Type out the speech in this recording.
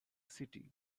city